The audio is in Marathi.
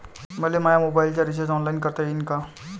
मले माया मोबाईलचा रिचार्ज ऑनलाईन करता येईन का?